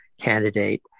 candidate